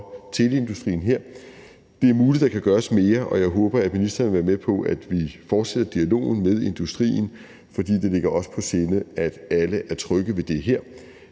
teleindustrien her. Det er muligt, at der kan gøres mere, og jeg håber, at ministeren vil være med på, at vi fortsætter dialogen med industrien, for det ligger os på sinde, at alle er trygge ved det her.